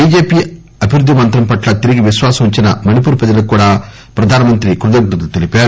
BJP అభివృద్ది మంత్రం పట్ల తిరిగి విశ్వాసం ఉంచిన మణిపూర్ ప్రజలకు కూడా ప్రధానమంత్రి కృతజ్ఞతలు తెలిపారు